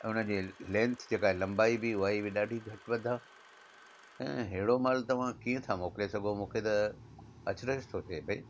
हुन जी लेंथ जेका आहे लंबाई बि उहा ई हुई ॾाढी घटि वधि आहे ऐं अहिड़ो मालु तव्हां कीअं था मोकिले सघो मूंखे त अचरजु थो थिए भाई